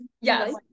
Yes